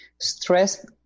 Stress